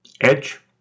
edge